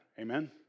Amen